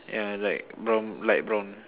yeah like brown light brown